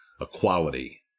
equality